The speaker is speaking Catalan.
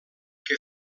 que